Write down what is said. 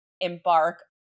embark